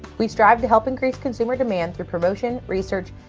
we strive to help increase consumer demand through promotion, research,